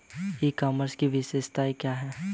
ई commerce की विशेषताएं क्या हैं?